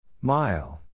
Mile